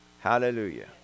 Hallelujah